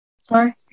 Sorry